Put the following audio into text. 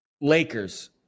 Lakers